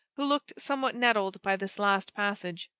who looked somewhat nettled by this last passage,